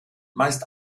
meist